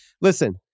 Listen